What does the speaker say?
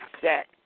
set